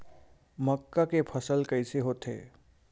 मक्का के फसल कइसे होथे?